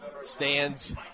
stands